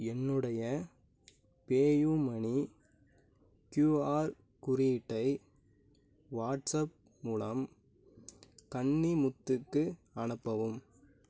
என்னுடைய PayUmoney QR குறியீட்டை WhatsApp மூலம் கன்னிமுத்துக்கு அனுப்பவும்